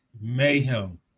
Mayhem